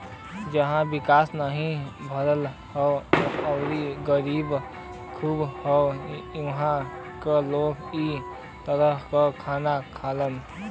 जहां विकास नाहीं भयल हौ आउर गरीबी खूब हौ उहां क लोग इ तरह क खाना खालन